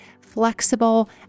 flexible